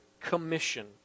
Commission